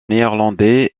néerlandais